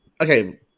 Okay